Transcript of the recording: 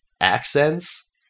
accents